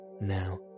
Now